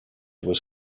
was